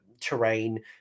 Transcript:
terrain